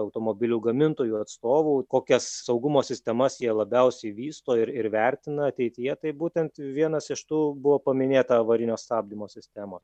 automobilių gamintojų atstovų kokias saugumo sistemas jie labiausiai vysto ir ir vertina ateityje tai būtent vienas iš tų buvo paminėta avarinio stabdymo sistema